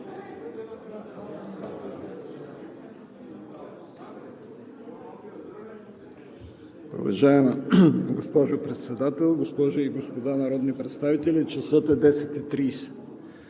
Уважаема госпожо Председател, госпожи и господа народни представители! Часът е 10,30.